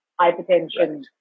hypertension